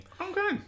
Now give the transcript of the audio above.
Okay